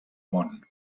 món